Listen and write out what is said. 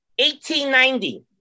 1890